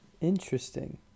Interesting